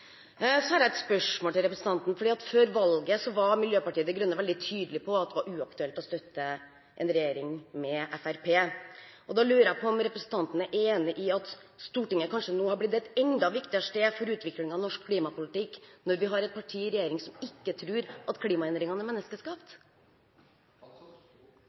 Så har jeg et spørsmål til representanten. Før valget var Miljøpartiet De Grønne veldig tydelig på at det var uaktuelt å støtte en regjering med Fremskrittspartiet. Jeg lurer på om representanten er enig i at Stortinget nå kanskje har blitt et enda viktigere sted for utvikling av norsk klimapolitikk, når vi har et parti i regjering som ikke tror at klimaendringene er